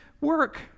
work